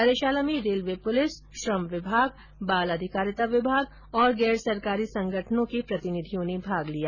कार्यषाला में railway police श्रम विभाग बाल अधिकारिता विभाग तथा गैर सरकारी संगठनों के प्रतिनिधियों ने भाग लिया